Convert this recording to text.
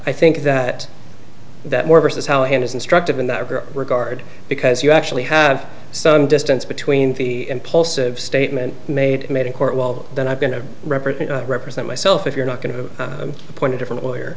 i think that that more versus how it is instructive in that regard because you actually have some distance between the impulsive statement made made in court well then i'm going to represent represent myself if you're not going to appoint a different lawyer